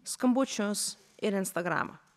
skambučius ir instagramą